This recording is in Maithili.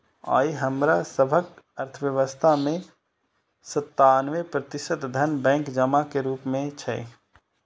आइ हमरा सभक अर्थव्यवस्था मे सत्तानबे प्रतिशत धन बैंक जमा के रूप मे छै